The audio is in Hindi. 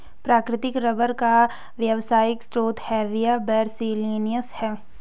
प्राकृतिक रबर का व्यावसायिक स्रोत हेविया ब्रासिलिएन्सिस है